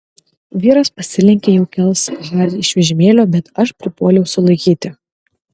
vyras pasilenkė jau kels harį iš vežimėlio bet aš pripuoliau sulaikyti